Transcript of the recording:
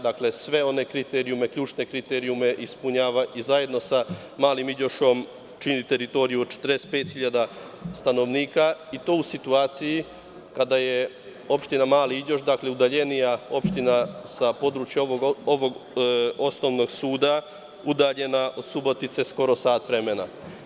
Dakle, sve one ključne kriterijume ispunjava i zajedno sa Malim Iđošom čini teritoriju od 45.000 stanovnika i to u situaciji kada je opština Mali Iđoš, udaljenija opština sa područja ovog osnovnog suda, udaljena od Subotice skoro sat vremena.